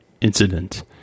incident